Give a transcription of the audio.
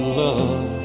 love